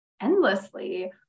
endlessly